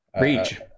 Reach